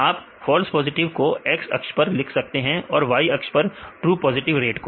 आप false positive को X अक्ष पर लिख सकते हैं और Y अक्ष पर ट्रू पॉजिटिव रेट को